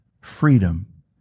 freedom